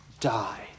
die